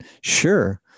Sure